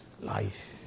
life